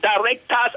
directors